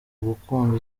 ugukunda